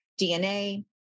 DNA